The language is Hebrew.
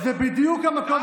כמה אתם בכנסת?